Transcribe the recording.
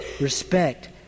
respect